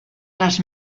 les